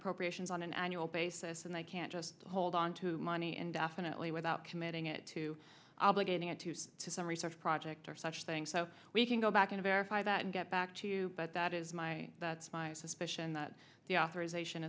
appropriations on an annual basis and they can't just hold on to the money and definitely without committing it to obligating it to say to some research project or such thing so we can go back and verify that and get back to you but that is my that's my suspicion that the authorization